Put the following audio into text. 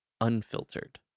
unfiltered